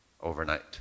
overnight